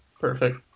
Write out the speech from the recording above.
Perfect